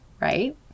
right